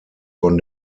von